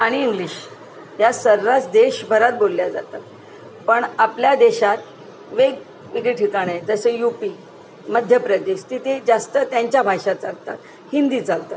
आणि इंग्लिश ह्या सर्व देशभरात बोलल्या जातात पण आपल्या देशात वेगवेगळी ठिकाण आहे जसे यू पी मध्य प्रदेश तिथे जास्त त्यांच्या भाषा चालतात हिंदी चालतात